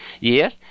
Yes